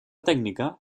tècnica